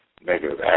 negative